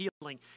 healing